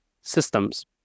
systems